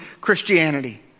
Christianity